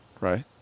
right